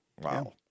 Wow